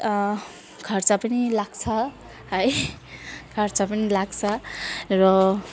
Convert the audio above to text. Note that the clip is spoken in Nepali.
खर्च पनि लाग्छ है खर्च पनि लाग्छ र